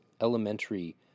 elementary